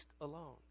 alone